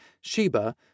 Sheba